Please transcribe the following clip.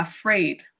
afraid